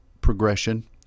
progression